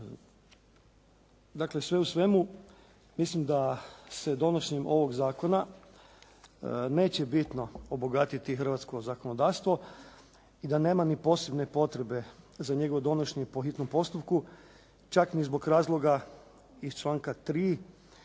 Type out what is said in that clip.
Dakle, sve u svemu, mislim da se donošenjem ovog zakona neće bitno obogatiti hrvatsko zakonodavstvo i da nema ni posebne potrebe za njegovo donošenje po hitnom postupku, čak ni zbog razloga iz članka 3.